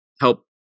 help